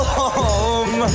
home